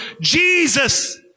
Jesus